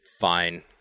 fine